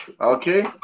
Okay